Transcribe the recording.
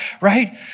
right